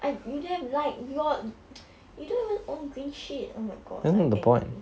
I you damn liar your you don't even own green shit oh my god I'm angry